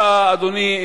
אדוני,